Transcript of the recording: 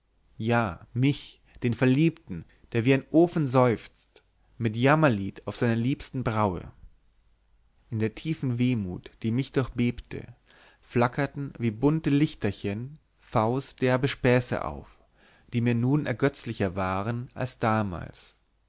ja mich den verliebten der wie ein ofen seufzt mit jammerlied auf seiner liebsten braue in der tiefen wehmut die mich durchbebte flackerten wie bunte lichterchen v s derbe späße auf die mir nun ergötzlicher waren als damals